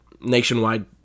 nationwide